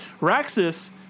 Raxus